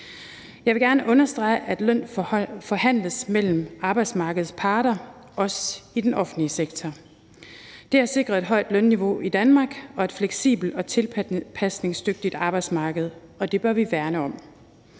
Jeg vil gerne understrege, at løn forhandles mellem arbejdsmarkedets parter, også i den offentlige sektor. Det har sikret et højt lønniveau i Danmark og et fleksibelt og tilpasningsdygtigt arbejdsmarked, og det bør vi værne om.